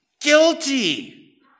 guilty